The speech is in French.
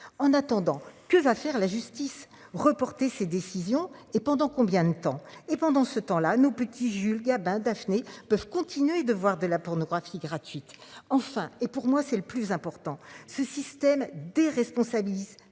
en attendant que va faire la justice reporter ces décisions et pendant combien de temps. Et pendant ce temps là nous petit Jules Gabin Daphné peuvent continuer de voir de la pornographie gratuite. Enfin et pour moi c'est le plus important ce système déresponsabilise